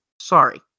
Sorry